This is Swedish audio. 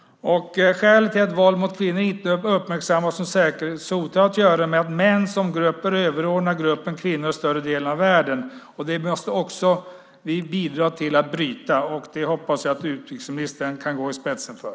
Skälet till att våld mot kvinnor inte uppmärksammas som säkerhetshot har att göra med att män som grupp är överordnad gruppen kvinnor i större delen av världen. Det måste vi också bidra till att bryta, och det hoppas jag att utrikesministern kan gå i spetsen för.